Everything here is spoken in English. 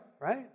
Right